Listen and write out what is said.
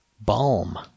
Balm